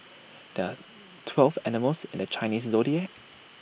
there are twelve animals in the Chinese Zodiac